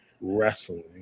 wrestling